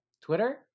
Twitter